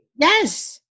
Yes